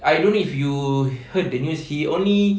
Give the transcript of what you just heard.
I don't know if you heard the news he only